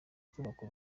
kubaka